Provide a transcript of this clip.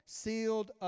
sealed